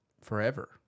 forever